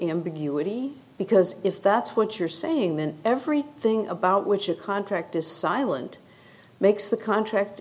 ambiguity because if that's what you're saying then every thing about which a contract is silent makes the contract